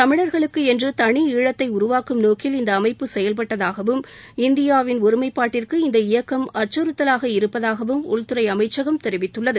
தமிழர்களுக்கு என்று தனி ஈழத்தை உருவாக்கும் நோக்கில் இந்த அமைப்பு செயல்பட்டதாகவும் இந்தியாவின் ஒருமைப்பாட்டிற்கு இந்த இயக்கம் அச்சுறுத்தலாக இருப்பதாகவும் உள்துறை அமைச்சகம் தெரிவித்துள்ளது